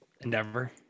endeavor